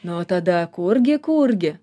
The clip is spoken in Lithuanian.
nu tada kurgi kurgi